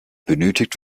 benötigt